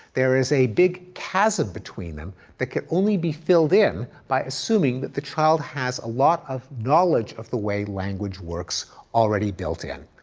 there is a big chasm between them that can only be filled in by assuming that the child has a lot of knowledge of the way that language works already built in.